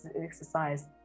exercise